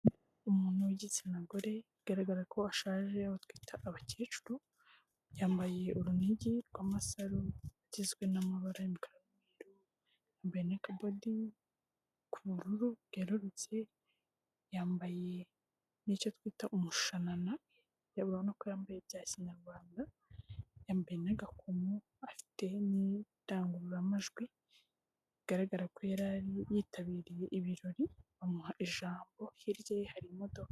Umuntu w'igitsina gore bigaragara ko ashaje abo twita abakecuru yambaye urunigi rw'amasaro rugizwe n'amabara y’umukara yambaye nakambodi ku bururu bwerurutse yambaye n'icyo twita umushanana urabona ko yambaye ibya kinyarwanda yambaye n’agakomo afite n'idangururamajwi bigaragara ko yari yitabiriye ibirori bamuha ijambo hirya ye hari imodoka.